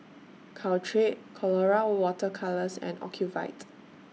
Caltrate Colora Water Colours and Ocuvite